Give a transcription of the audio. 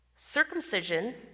Circumcision